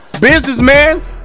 businessman